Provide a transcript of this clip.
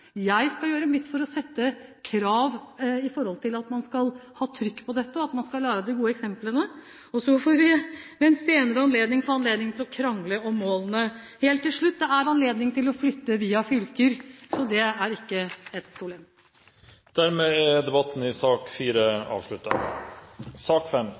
Jeg skal gjøre mitt for å stille krav med tanke på at man skal ha trykk på dette, og at man skal lære av de gode eksemplene. Så får vi ved en senere anledning krangle om målene. Helt til slutt: Det er anledning til å flytte via fylker – det er ikke et problem. Dermed er debatten i sak